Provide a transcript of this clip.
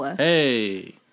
hey